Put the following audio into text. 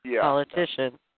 politician